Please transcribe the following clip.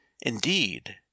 indeed